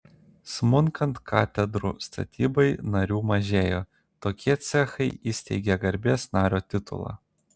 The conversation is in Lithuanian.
smunkant katedrų statybai narių mažėjo tokie cechai įsteigė garbės nario titulą